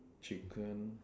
chicken